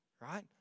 right